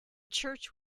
church